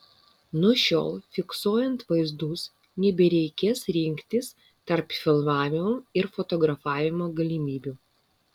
nuo šiol fiksuojant vaizdus nebereikės rinktis tarp filmavimo ir fotografavimo galimybių